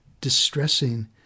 distressing